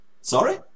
sorry